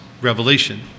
revelation